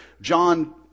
john